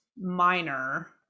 minor